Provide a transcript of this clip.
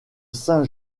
saint